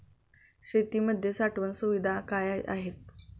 शेतीमध्ये साठवण सुविधा काय आहेत?